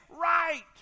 right